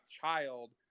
child